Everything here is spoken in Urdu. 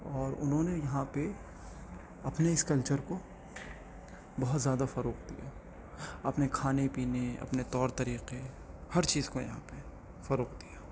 اور انہوں نے یہاں پہ اپنے اس کلچر کو بہت زیادہ فروغ دیا اپنے کھانے پینے اپنے طور طریقے ہر چیز کو یہاں پہ فروغ دیا